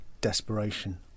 desperation